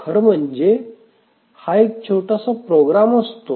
खरं म्हणजे हा एक छोटासा प्रोग्रॅम असतो